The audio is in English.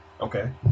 Okay